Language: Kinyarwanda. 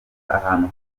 ahantu